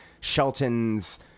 Shelton's